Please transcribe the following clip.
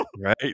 right